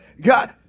God